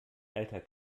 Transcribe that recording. alter